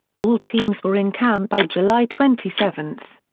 all teams were in camp by july twenty seven.